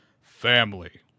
Family